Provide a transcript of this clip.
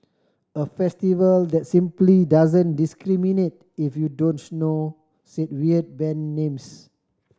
a festival that simply doesn't discriminate if you don't know said weird band names